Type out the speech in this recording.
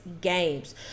games